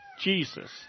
Jesus